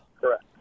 Correct